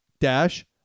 Dash